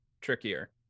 trickier